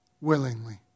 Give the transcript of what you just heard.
Willingly